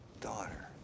Daughter